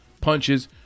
punches